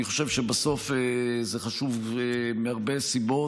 אני חושב שבסוף זה חשוב מהרבה סיבות,